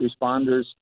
responders